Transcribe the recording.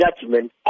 judgment